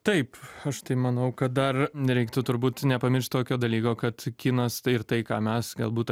taip aš tai manau kad dar nereiktų turbūt nepamiršt tokio dalyko kad kinas tai ir tai ką mes galbūt